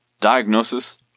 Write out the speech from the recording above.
diagnosis